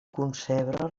concebre